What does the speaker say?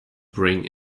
bring